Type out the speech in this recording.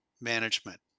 management